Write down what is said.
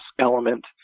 element